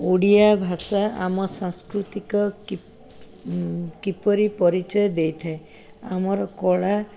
ଓଡ଼ିଆ ଭାଷା ଆମ ସାଂସ୍କୃତିକ କିପରି ପରିଚୟ ଦେଇଥାଏ ଆମର କଳା